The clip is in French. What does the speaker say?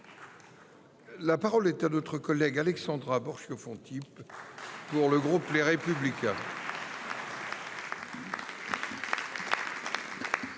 La parole est à Mme Alexandra Borchio Fontimp, pour le groupe Les Républicains.